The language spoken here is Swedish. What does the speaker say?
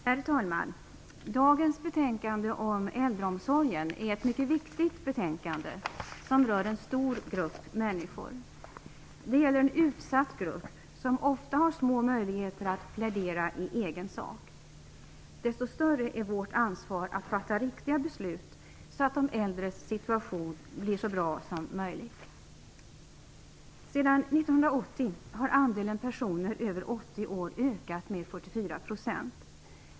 Herr talman! Dagens betänkande om äldreomsorgen är ett mycket viktigt betänkande som rör en stor grupp människor. Det gäller en utsatt grupp som ofta har små möjligheter att plädera i egen sak. Desto större är vårt ansvar att fatta riktiga beslut så att de äldres situation bli så bra som möjligt. Sedan 1980 har andelen personer över 80 år ökat med 44 %.